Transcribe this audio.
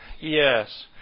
Yes